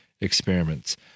experiments